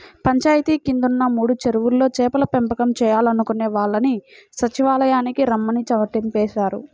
పంచాయితీ కిందున్న మూడు చెరువుల్లో చేపల పెంపకం చేయాలనుకునే వాళ్ళని సచ్చివాలయానికి రమ్మని చాటింపేశారు